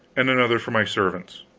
and another for my servants.